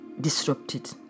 disrupted